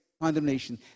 condemnation